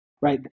right